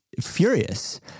furious